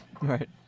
right